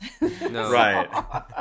Right